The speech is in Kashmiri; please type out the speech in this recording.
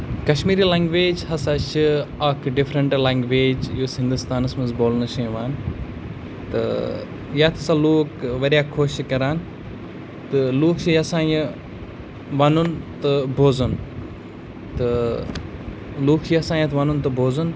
کشمیٖری لنگویج ہَسا چھِ اَکھ ڈِفرَنٛٹ لنگویج یُس ہِندُستانَس منٛز بولنہٕ چھِ یِوان تہٕ یَتھ سا لوٗکھ واریاہ خۄش چھِ کَران تہٕ لوٗکھ چھِ یَژھان یہِ وَنُن تہٕ بوزُن تہٕ لوٗکھ چھِ یَژھان یَتھ وَنُن تہٕ بوزُن